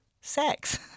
sex